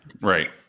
right